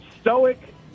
stoic